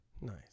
Nice